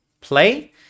play